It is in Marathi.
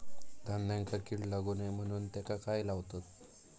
धान्यांका कीड लागू नये म्हणून त्याका काय लावतत?